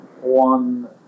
one